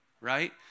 right